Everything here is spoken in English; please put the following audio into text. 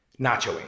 Nachoing